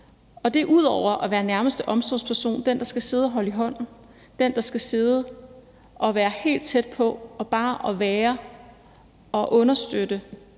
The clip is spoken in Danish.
Det er man ud over at være nærmeste omsorgsperson og den, der skal sidde og holde i hånden – den, der skal sidde og være helt tæt på og bare være der og understøtte